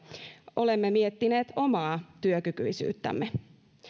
olemme miettineet omaa työkykyisyyttämme